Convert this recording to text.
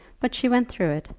but she went through it,